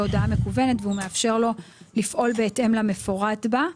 בהודעה מקוונת והוא מאפשר לו לפעול בהתאם למפורט בה.